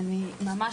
אני ממש